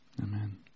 Amen